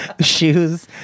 shoes